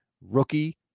rookie